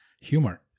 humor